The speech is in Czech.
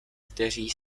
kteří